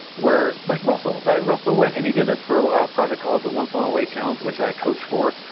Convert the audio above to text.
where, like russell, like russell went and he did this for a project called the one funnel away challenge which i coach for,